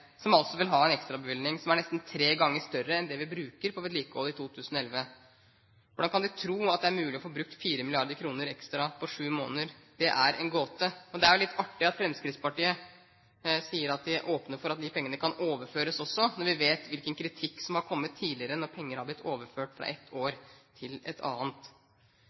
som altså vil ha en ekstrabevilgning som er nesten tre ganger større enn det vi bruker på vedlikehold i 2011. Hvordan kan de tro at det er mulig å få brukt 4 mrd. kr ekstra på sju måneder? Det er en gåte. Men det er litt artig av Fremskrittspartiet sier at de åpner for at de pengene også kan overføres, når vi vet hvilken kritikk som har kommet tidligere når penger har blitt overført fra et år til et annet.